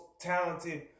talented